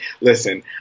listen